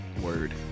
Word